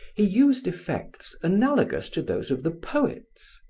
he used effects analogous to those of the poets,